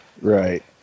Right